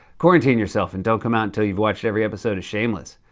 quarantine yourself and don't come out until you've watched every episode of shameless.